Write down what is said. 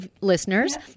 listeners